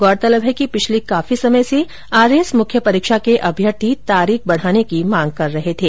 गौरतलब है कि पिछले काफी समय से आरएएस मुख्य परीक्षा के अभ्यर्थी तारीख बढ़ाने की मांग कर रहे थे